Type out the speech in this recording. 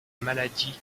maladie